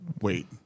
Wait